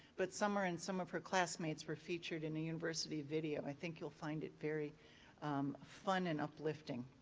but summer and some of her classmates were featured in a university video. i think you'll find it very fun and uplifting.